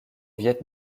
viêt